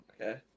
Okay